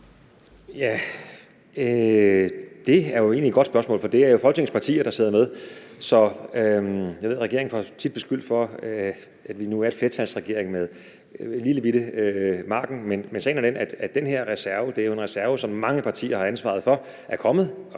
Det er egentlig et godt spørgsmål, for det er jo Folketingets partier, der sidder med. Jeg ved, at regeringen tit bliver beskyldt for, at vi er en flertalsregering med en lillebitte margen, men sagen er den, at den her reserve er en reserve, som mange partier har ansvaret for er kommet